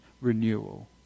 renewal